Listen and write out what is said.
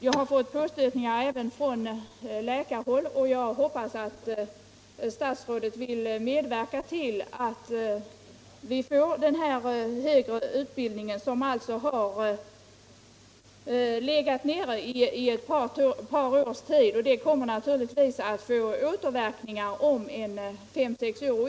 Jag har fått påstötningar därom även från läkarhåll, och jag hoppas att statsrådet vill medverka till att vi får denna högre utbildning, som alltså har legat nere i ett par års tid. Det kommer naturligtvis att få återverkningar om några år.